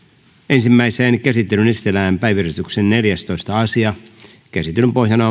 ensimmäiseen käsittelyyn esitellään päiväjärjestyksen viidestoista asia käsittelyn pohjana